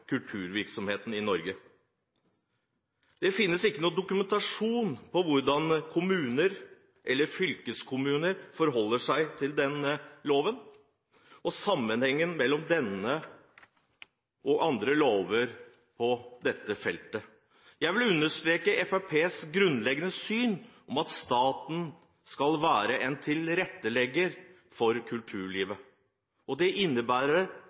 kulturvirksomheten i Norge. Det finnes ikke noen dokumentasjon på hvordan kommuner eller fylkeskommuner forholder seg til denne loven, og sammenhengen mellom denne og andre lover på dette feltet. Jeg vil understreke Fremskrittspartiets grunnleggende syn, at staten skal være en tilrettelegger for kulturlivet. Det innebærer